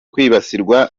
kwibasirwa